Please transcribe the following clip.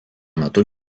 metu